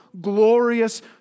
glorious